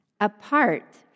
apart